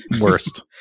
Worst